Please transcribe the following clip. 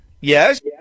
Yes